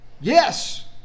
Yes